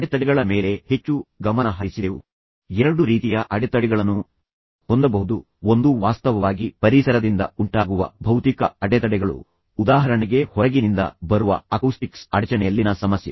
ಅಡೆತಡೆಗಳ ಬಗ್ಗೆ ಮಾತನಾಡುವಾಗ ನಾನು ಹೇಳಿದ್ದೇನೆಂದರೆ ನಾವು ಎರಡು ರೀತಿಯ ಅಡೆತಡೆಗಳನ್ನು ಹೊಂದಬಹುದು ಒಂದು ವಾಸ್ತವವಾಗಿ ಪರಿಸರದಿಂದ ಉಂಟಾಗುವ ಭೌತಿಕ ಅಡೆತಡೆಗಳು ಉದಾಹರಣೆಗೆ ಹೊರಗಿನಿಂದ ಬರುವ ಅಕೌಸ್ಟಿಕ್ಸ್ ಅಡಚಣೆಯಲ್ಲಿನ ಸಮಸ್ಯೆ